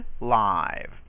live